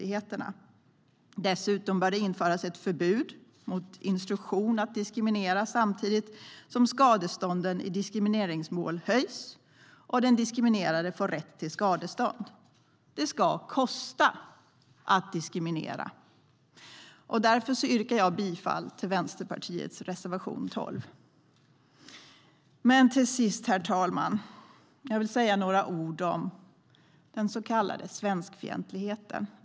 Det ska kosta att diskriminera. Därför yrkar jag bifall till Vänsterpartiets reservation 12.Herr talman! Låt mig säga några ord om så den så kallade svenskfientligheten.